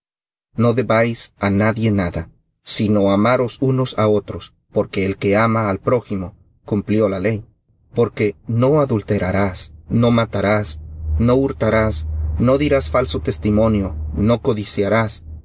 no debáis á nadie nada sino amaros unos á otros porque el que ama al prójimo cumplió la ley porque no adulterarás no matarás no hurtarás no dirás falso testimonio no codiciarás